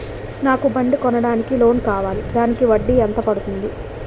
నాకు బండి కొనడానికి లోన్ కావాలిదానికి వడ్డీ ఎంత పడుతుంది?